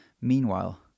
Meanwhile